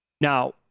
Now